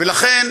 לכן,